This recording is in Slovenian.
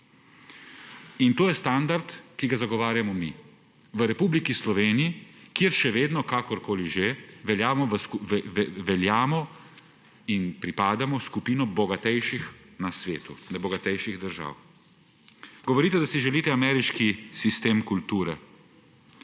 To je standard, ki ga zagovarjamo mi v Republiki Sloveniji, kjer še vedno, kakorkoli že, veljamo za in pripadamo skupini bogatejših držav na svetu. Govorite, da si želite ameriški sistem kulture